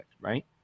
right